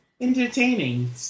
entertaining